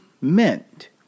meant